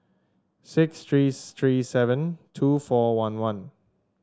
six three three seven two four one one